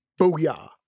Booyah